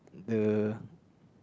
the